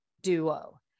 duo